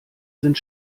sind